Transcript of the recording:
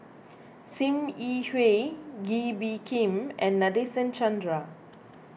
Sim Yi Hui Kee Bee Khim and Nadasen Chandra